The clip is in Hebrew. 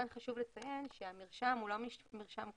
חשוב לציין שהמרשם הוא לא מרשם קונסטיטוטיבי.